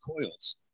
coils